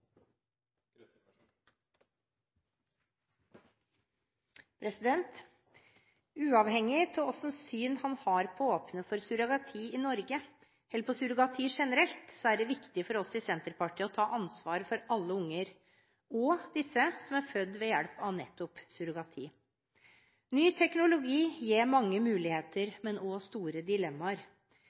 Uavhengig av hva slags syn en har på å åpne for surrogati i Norge eller på surrogati generelt, er det viktig for oss i Senterpartiet å ta ansvar for alle unger, også disse som er født ved hjelp av nettopp surrogati. Ny teknologi gir mange muligheter, men også store dilemmaer.